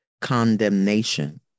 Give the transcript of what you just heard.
condemnation